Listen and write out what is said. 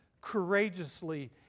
courageously